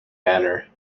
banner